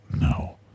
no